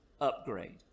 upgrade